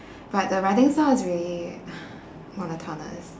but the writing style is really monotonous